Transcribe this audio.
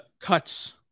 cuts